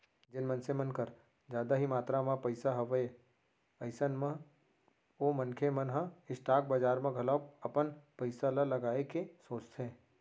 जेन मनसे मन कर जादा ही मातरा म पइसा हवय अइसन म ओ मनखे मन ह स्टॉक बजार म घलोक अपन पइसा ल लगाए के सोचथे